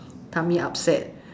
tummy upset